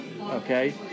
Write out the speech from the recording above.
Okay